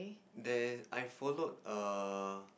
then I followed err